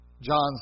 John's